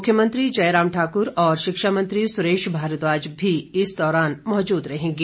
मुख्यमंत्री जयराम ठाकुर और शिक्षा मंत्री सुरेश भारद्वाज भी इस दौरान मौजूद रहेंगे